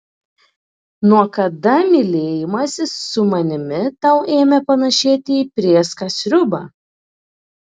nuo kada mylėjimasis su manimi tau ėmė panėšėti į prėską sriubą